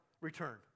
return